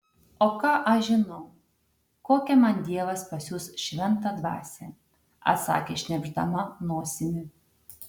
o ką aš žinau kokią man dievas pasiųs šventą dvasią atsakė šnirpšdama nosimi